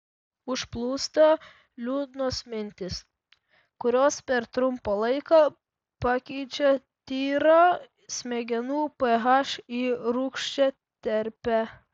užplūsta liūdnos mintys kurios per trumpą laiką pakeičia tyrą smegenų ph į rūgščią terpę